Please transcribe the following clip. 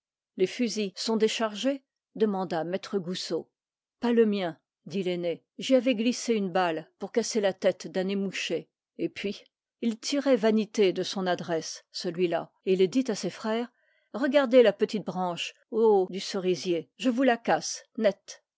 les fusils sont déchargés demanda maître goussot pas le mien dit l'aîné j'y avais glissé une balle pour casser la tête d'un émouchet et puis il tirait vanité de son adresse celui-là et il dit à ses frères regardez la petite branche au haut du cerisier je vous la casse net